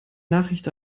nachricht